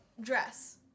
dress